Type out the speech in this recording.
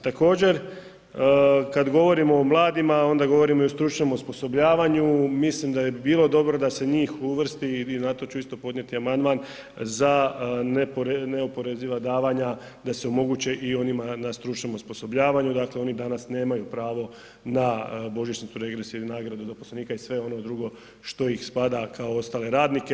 Također kad govorimo o mladima onda govorimo i o stručnom osposobljavanju, mislim da bi bilo dobro da se njih uvrsti i na to ću isto podnijeti amandman za neoporeziva davanja da se omoguće i onima na stručnom osposobljavanju, dakle oni danas nemaju pravo na božićnicu, regres ili nagrade zaposlenika i sve ono drugo što ih spada kao ostale radnike.